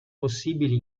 possibili